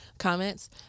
comments